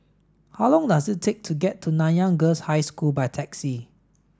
how long does it take to get to Nanyang Girls' High School by taxi